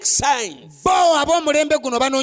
signs